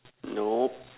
nope